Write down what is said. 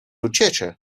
uciecze